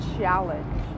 challenge